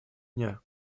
дня